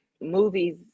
movies